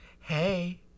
Hey